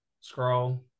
scroll